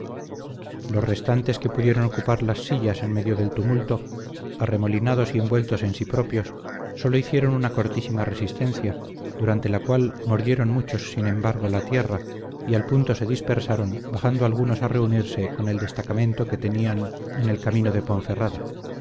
los restantes que pudieron ocupar las sillas en medio del tumulto arremolinados y envueltos en sí propios sólo hicieron una cortísima resistencia durante la cual mordieron muchos sin embargo la tierra y al punto se dispersaron bajando algunos a reunirse con el destacamento que tenían en el camino de ponferrada